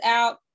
out